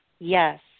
Yes